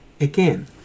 again